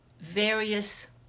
various